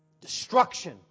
Destruction